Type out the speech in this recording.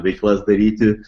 veiklas daryti